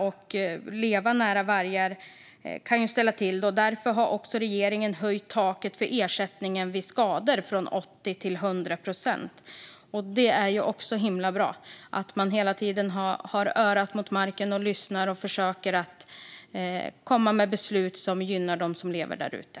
Att leva nära vargar kan ju ställa till det. Därför har regeringen höjt taket för ersättningen vid skador från 80 till 100 procent. Det är himla bra att man hela tiden har örat mot marken, lyssnar och försöker komma med beslut som gynnar dem som lever därute.